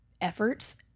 efforts